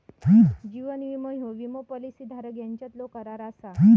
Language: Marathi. जीवन विमो ह्यो विमो पॉलिसी धारक यांच्यातलो करार असा